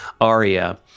aria